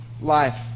life